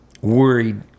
worried